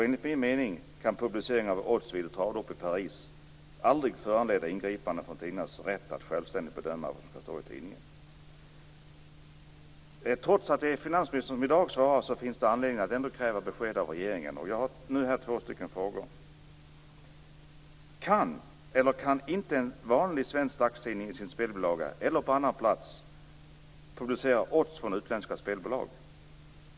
Enligt min mening kan publicering av odds vid ett travlopp i Paris aldrig föranleda inskränkningar i tidningarnas rätt att självständigt bedöma vad som skall stå i tidningen. Trots att det är finansministern som svarar i dag finns det anledning att kräva besked av regeringen. Jag har några frågor. Kan en vanlig svensk tidning i sin spelbilaga eller på annan plats publicera odds från utländska spelbolag?